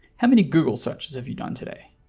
how many google searches have you done today?